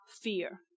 fear